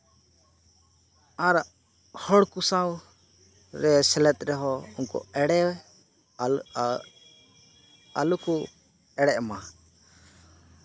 ᱟᱨ ᱦᱚᱲ ᱠᱚ ᱥᱟᱶ ᱥᱮᱞᱮᱫ ᱨᱮᱦᱚᱸ ᱮᱲᱮ ᱟᱞᱚ ᱟᱞᱚ ᱠᱚ ᱮᱲᱮᱜ ᱢᱟ